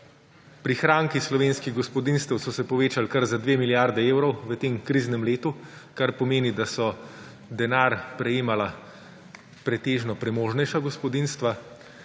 prihranki slovenskih gospodinjstev so se povečali kar za 2 milijardi evrov v tem kriznem letu, kar pomeni, da so denar prejemala pretežno premožnejša gospodinjstva,